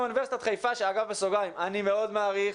מלבד אוניברסיטת חיפה שאני מאוד מעריך,